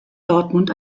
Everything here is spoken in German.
dortmund